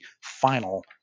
final